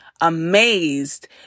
amazed